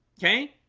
okay